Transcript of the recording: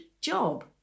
job